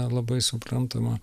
labai suprantama